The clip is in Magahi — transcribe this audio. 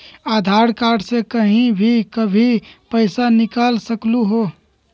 आधार कार्ड से कहीं भी कभी पईसा निकाल सकलहु ह?